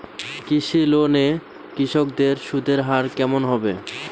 কৃষি লোন এ কৃষকদের সুদের হার কেমন হবে?